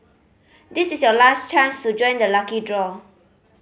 this is your last chance to join the lucky draw